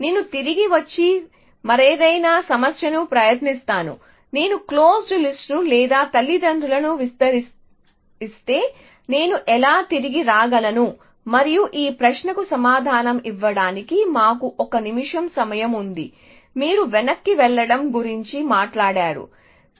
నేను తిరిగి వచ్చి మరేదైనా సమస్యను ప్రయత్నిస్తాను నేను క్లోస్డ్ లిస్ట్ ను లేదా తల్లిదండ్రులను విసిరివేస్తే నేను ఎలా తిరిగి రాగలను మరియు ఈ ప్రశ్నకు సమాధానం ఇవ్వడానికి మాకు 1 నిమిషం సమయం ఉంది మీరు వెనక్కి వెళ్లడం గురించి మాట్లాడరు